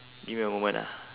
give me a moment ah